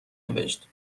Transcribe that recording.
نوشت